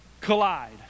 collide